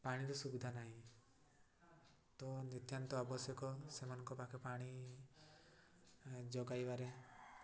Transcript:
ପାଣିର ସୁବିଧା ନାହିଁ ତ ନିତ୍ୟାନ୍ତ ଆବଶ୍ୟକ ସେମାନଙ୍କ ପାଖେ ପାଣି ଯୋଗାଇବାରେ